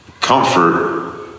comfort